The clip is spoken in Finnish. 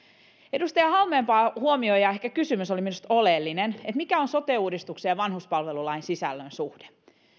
edustaja halmeenpää huomioi ja ehkä kysymys oli minusta oleellinen mikä on sote uudistuksen ja vanhuspalvelulain sisällön suhde